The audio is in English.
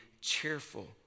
cheerful